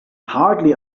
hardly